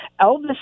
Elvis